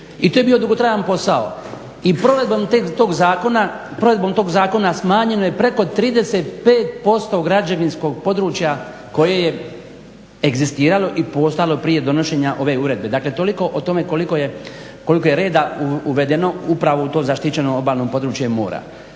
I to je bio dugotrajan posao. I provedbom tog zakona smanjeno je preko 35% građevinskog područja koje je egzistiralo i postojalo prije donošenja ove uredbe. Dakle, toliko o tome koliko je reda uvedeno upravo u to zaštićeno obalno područje mora.